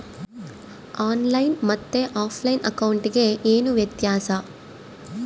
On line ಮತ್ತೆ offline ಅಕೌಂಟಿಗೆ ಏನು ವ್ಯತ್ಯಾಸ?